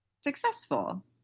successful